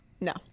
No